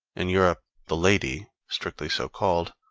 in europe the lady, strictly so-called,